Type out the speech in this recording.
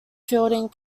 fielding